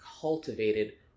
cultivated